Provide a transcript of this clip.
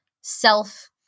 self